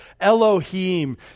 Elohim